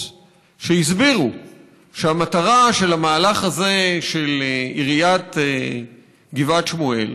שהסבירו שהמטרה של המהלך הזה של עיריית גבעת שמואל